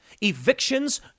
Evictions